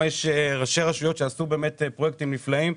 יש ראשי רשויות שעשו פרויקטים נפלאים,